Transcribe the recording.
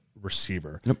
receiver